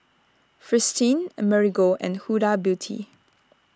Fristine Marigold and Huda Beauty